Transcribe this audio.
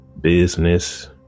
business